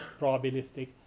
probabilistic